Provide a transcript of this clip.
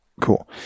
cool